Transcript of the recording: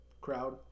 crowd